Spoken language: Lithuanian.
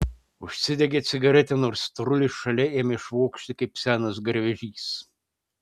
užsidegė cigaretę nors storulis šalia ėmė švokšti kaip senas garvežys